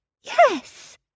Yes